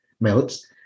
melts